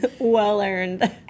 well-earned